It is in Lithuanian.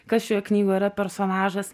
kas šioje knygoje yra personažas